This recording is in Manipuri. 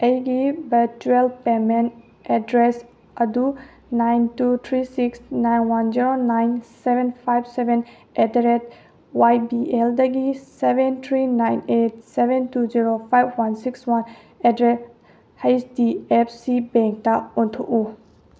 ꯑꯩꯒꯤ ꯕꯔꯇꯨꯌꯦꯜ ꯄꯦꯃꯦꯟ ꯑꯦꯗ꯭ꯔꯦꯁ ꯑꯗꯨ nine two three six nine one zero nine seven five seven at the rate Y B ꯑꯦꯜꯗꯒꯤ seven three nine eight seven two zero five one six one at the rate H D F C ꯕꯦꯡꯗ ꯑꯣꯟꯊꯣꯛꯎ